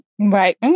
Right